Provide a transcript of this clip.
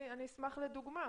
אני אשמח לדוגמה